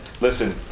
Listen